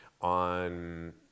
on